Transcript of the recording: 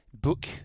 book